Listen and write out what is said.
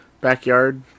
backyard